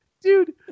dude